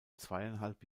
zweieinhalb